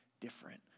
different